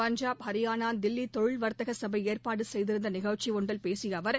பஞ்சாப் ஹரியானா தில்லி தொழில் வர்த்தக சபை ஏற்பாடு செய்திருந்த நிகழ்ச்சி ஒன்றில் பேசிய அவர்